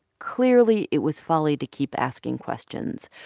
clearly, it was folly to keep asking questions.